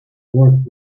worked